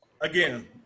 again